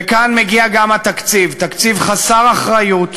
וכאן מגיע גם התקציב: תקציב חסר אחריות,